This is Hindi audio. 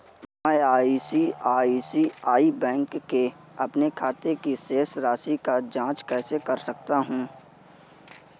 मैं आई.सी.आई.सी.आई बैंक के अपने खाते की शेष राशि की जाँच कैसे कर सकता हूँ?